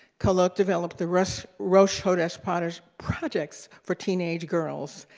kolot developed the rosh rosh hodesh hodesh projects for teenage girls.